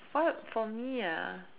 what for me ah